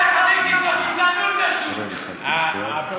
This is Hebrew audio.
גזענות איך שהוא הוציא אותי.